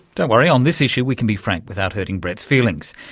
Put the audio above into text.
don't worry, on this issue we can be frank without hurting brett's feelings.